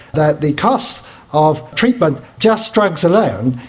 that the cost of treatment, just drugs alone,